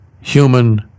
human